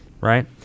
right